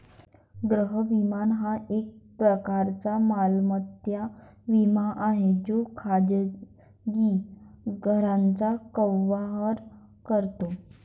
गृह विमा हा एक प्रकारचा मालमत्ता विमा आहे जो खाजगी घरांना कव्हर करतो